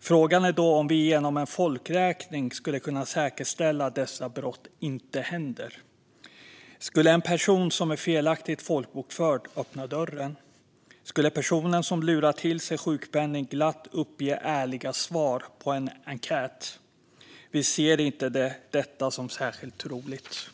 Frågan är då om vi genom en folkräkning skulle kunna säkerställa att dessa brott inte händer. Skulle en person som är felaktigt folkbokförd öppna dörren? Skulle personen som lurar till sig sjukpenning glatt uppge ärliga svar på en enkät? Vi ser inte detta som särskilt troligt.